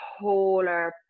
polar